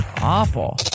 awful